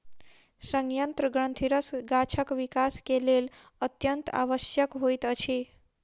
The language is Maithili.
सयंत्र ग्रंथिरस गाछक विकास के लेल अत्यंत आवश्यक होइत अछि